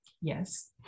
Yes